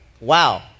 wow